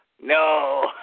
No